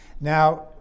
Now